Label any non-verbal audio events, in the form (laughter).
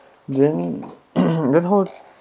didn't (coughs) didn't hold